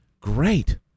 Great